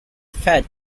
fez